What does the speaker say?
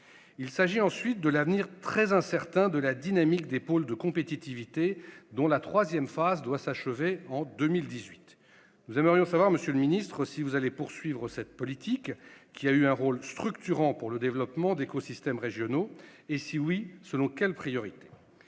Il s'agit ensuite de l'avenir très incertain de la dynamique des pôles de compétitivité dont la troisième phase doit s'achever en 2018. Nous aimerions savoir, monsieur le ministre, si vous allez poursuivre cette politique qui a eu un rôle structurant pour le développement d'écosystèmes régionaux, et selon quelles priorités.